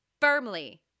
firmly